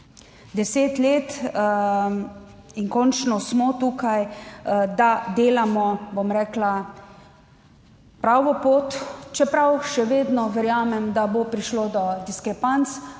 deset let. In končno smo tukaj, da delamo, bom rekla, pravo pot, čeprav še vedno verjamem, da bo prišlo do diskrepanc,